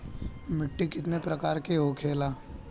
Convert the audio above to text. मिट्टी कितने प्रकार के होखेला?